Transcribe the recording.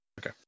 Okay